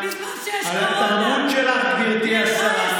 אתם לא רואים מה אתם עושים?